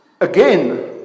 again